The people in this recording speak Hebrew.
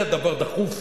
זה דבר דחוף,